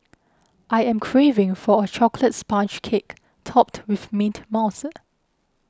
I am craving for a Chocolate Sponge Cake Topped with Mint Mousse